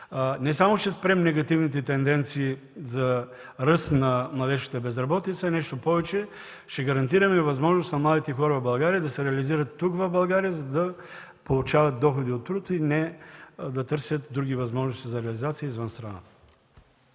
не само ще спрем негативните тенденции за ръст на младежка безработица, а нещо повече, ще гарантираме възможност на младите хора в България да се реализират тук в България, за да получават доходи от труд, а не да търсят други възможности за реализация извън страната.